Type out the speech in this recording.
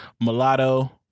Mulatto